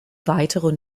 weitere